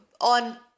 on